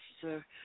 sir